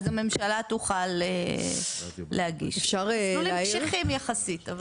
אז הממשלה תוכל להגיש, מסלולים קשיחים יחסית.